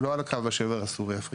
לא על קו השבר הסורי-אפריקני.